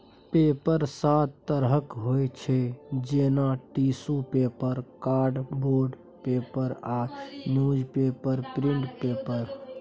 paper सात तरहक होइ छै जेना टिसु पेपर, कार्डबोर्ड पेपर आ न्युजपेपर प्रिंट पेपर